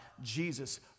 Jesus